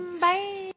Bye